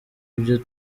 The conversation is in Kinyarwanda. byo